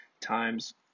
times